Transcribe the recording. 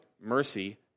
mercy